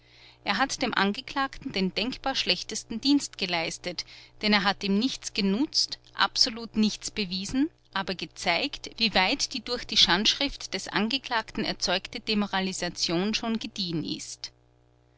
er hat dem angeklagten den denkbar schlechtesten dienst geleistet denn er hat ihm nichts genutzt absolut nichts bewiesen aber gezeigt wieweit die durch die schandschrift des angeklagten erzeugte demoralisation schon gediehen ist